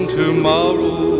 tomorrow